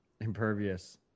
Impervious